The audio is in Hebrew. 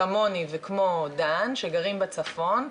כמוני וכמו דן שגרים בצפון,